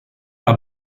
alla